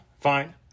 fine